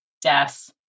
death